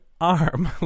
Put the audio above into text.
arm